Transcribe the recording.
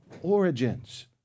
origins